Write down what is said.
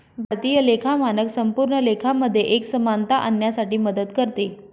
भारतीय लेखा मानक संपूर्ण लेखा मध्ये एक समानता आणण्यासाठी मदत करते